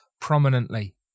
prominently